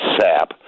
sap